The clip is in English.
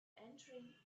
entering